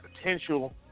potential